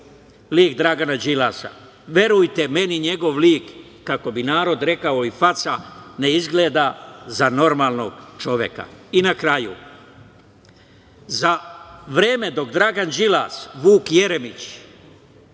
lik Dragana Đilasa. Verujte, meni njegov lik, kako bi narod rekao, i faca ne izgleda za normalnog čoveka.I na kraju, za vreme dok Dragan Đilas, Vuk Jeremić